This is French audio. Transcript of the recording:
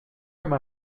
comme